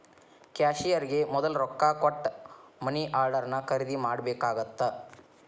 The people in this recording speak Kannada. ಕ್ಯಾಶಿಯರ್ಗೆ ಮೊದ್ಲ ರೊಕ್ಕಾ ಕೊಟ್ಟ ಮನಿ ಆರ್ಡರ್ನ ಖರೇದಿ ಮಾಡ್ಬೇಕಾಗತ್ತಾ